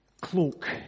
cloak